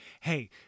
hey